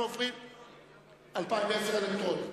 2010 אלקטרוני.